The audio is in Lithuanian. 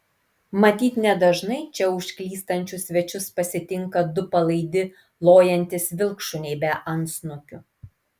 matyt nedažnai čia užklystančius svečius pasitinka du palaidi lojantys vilkšuniai be antsnukių